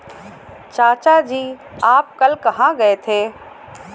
चाचा जी आप कल कहां गए थे?